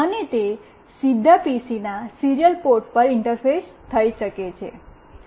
અને તે સીધા પીસીના સીરીયલ પોર્ટ પર ઇન્ટરફેસ થઈ શકે છે